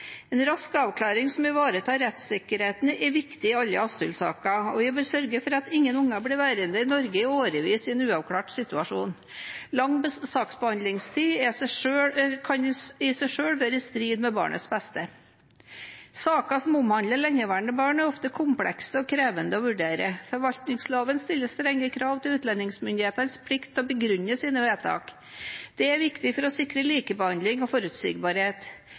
En rask avklaring som ivaretar rettssikkerheten, er viktig i alle asylsaker, og vi bør sørge for at ingen barn blir værende i Norge i årevis i en uavklart situasjon. Lang saksbehandlingstid kan i seg selv være i strid med barnets beste. Saker som omhandler lengeværende barn, er ofte komplekse og krevende å vurdere. Forvaltningsloven stiller strenge krav til utlendingsmyndighetenes plikt til å begrunne sine vedtak. Det er viktig for å sikre likebehandling og forutsigbarhet.